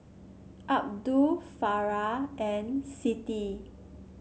Abdul Farah and Siti